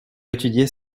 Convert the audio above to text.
étudier